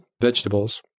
vegetables